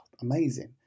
amazing